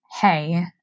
hey